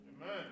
Amen